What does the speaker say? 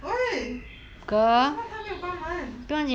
!oi! 为什么他没有关门